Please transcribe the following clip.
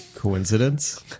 coincidence